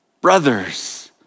Brothers